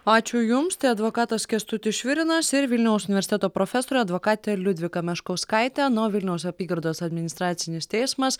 ačiū jums tai advokatas kęstutis švirinas ir vilniaus universiteto profesorė advokatė liudvika meškauskaitė na o vilniaus apygardos administracinis teismas